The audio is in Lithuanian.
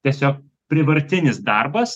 tiesiog privartinis darbas